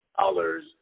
dollars